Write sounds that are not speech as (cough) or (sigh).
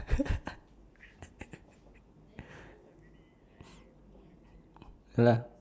(noise) ya lah